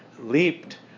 leaped